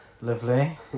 Lovely